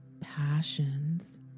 passions